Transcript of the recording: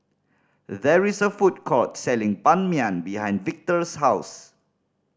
there is a food court selling Ban Mian behind Victor's house